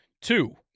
two